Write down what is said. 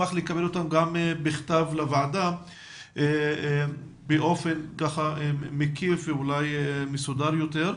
בכתב לוועדה באופן מקיף ואולי מסודר יותר,